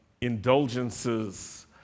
indulgences